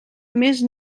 més